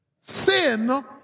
sin